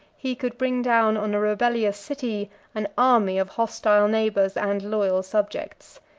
he could bring down on a rebellious city an army of hostile neighbors and loyal subjects.